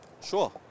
Sure